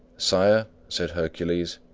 sire, said hercules,